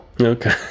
Okay